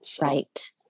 Right